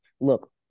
Look